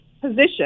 position